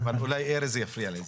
אולי ארז יפריע לי.